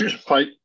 fight